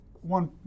one